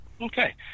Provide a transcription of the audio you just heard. Okay